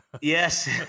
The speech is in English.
Yes